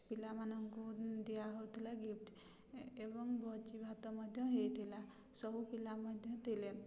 ପିଲାମାନଙ୍କୁ ଦିଆହେଉଥିଲା ଗିଫ୍ଟ୍ ଏବଂ ଭୋଜି ଭାତ ମଧ୍ୟ ହୋଇଥିଲା ସବୁ ପିଲା ମଧ୍ୟ ଥିଲେ